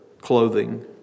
clothing